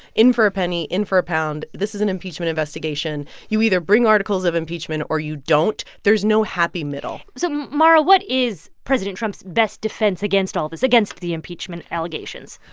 in for a penny, in for a pound this is an impeachment investigation. you either bring articles of impeachment or you don't. there's no happy middle so, mara, what is president trump's best defense against all of this, against the impeachment allegations?